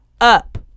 up